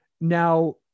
Now